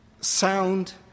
sound